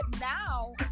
now